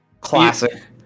classic